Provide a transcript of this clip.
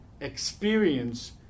Experience